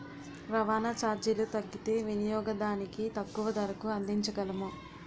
రవాణా చార్జీలు తగ్గితే వినియోగదానికి తక్కువ ధరకు అందించగలము